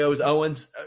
Owens